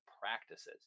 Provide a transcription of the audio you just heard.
practices